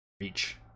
reach